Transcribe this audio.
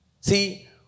See